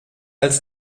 als